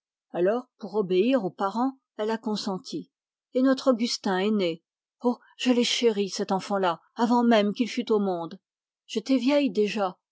alors pour obéir aux parents elle a consenti et notre augustin est né oh je l'ai chéri cet enfant-là avant même qu'il fût au monde j'étais vieille déjà